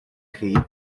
chi